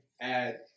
add